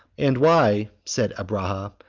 and why, said abrahah,